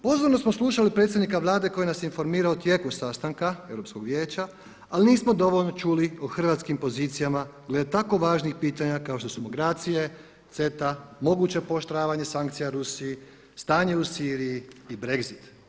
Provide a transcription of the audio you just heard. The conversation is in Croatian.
Pozorno smo slušali predsjednika Vlade koji nas je informirao o tijeku sastanka Europskog vijeća ali nismo dovoljno čuli o hrvatskim pozicijama jer je tako važnih pitanja kao što su migracije, CETA, moguće pooštravanje sankcija Rusiji, stanje u Siriji i BREXIT.